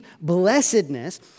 blessedness